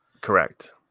Correct